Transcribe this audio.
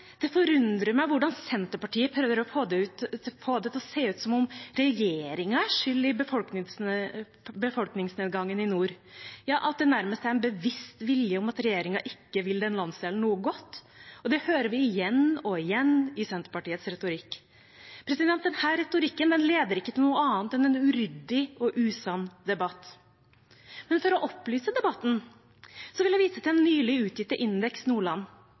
Det forundrer meg hvordan Senterpartiet prøver å få det til å se ut som om regjeringen er skyld i befolkningsnedgangen i nord, ja, at det nærmest er en bevisst vilje, at regjeringen ikke vil denne landsdelen noe godt. Det hører vi igjen og igjen i Senterpartiets retorikk. Denne retorikken leder ikke til noe annet enn en uryddig og usann debatt. For å opplyse debatten vil jeg vise til den nylig utgitte Indeks Nordland.